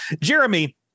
Jeremy